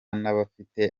n’abafite